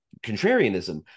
contrarianism